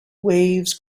waves